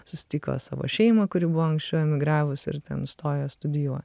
susitiko savo šeimą kuri buvo anksčiau emigravusi ir ten įstojo studijuoti